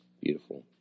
beautiful